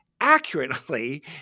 accurately